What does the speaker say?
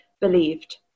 believed